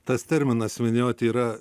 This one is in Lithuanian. tas terminas minėjot yra